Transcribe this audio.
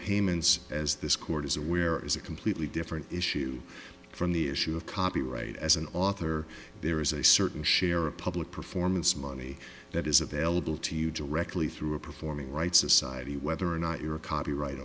payments as this court is aware is a completely different issue from the issue of copyright as an author there is a certain share of public performance money that is available to you directly through a performing rights society whether or not you're a copyright